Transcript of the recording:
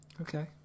okay